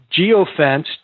geofenced